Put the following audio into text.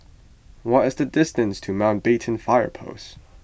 what is the distance to Mountbatten Fire Post